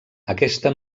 aquesta